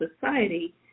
society